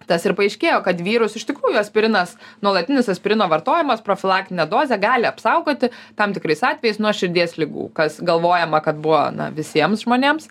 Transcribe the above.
tas ir paaiškėjo kad vyrus iš tikrųjų aspirinas nuolatinis aspirino vartojimas profilaktinė dozė gali apsaugoti tam tikrais atvejais nuo širdies ligų kas galvojama kad buvo na visiems žmonėms